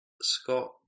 Scott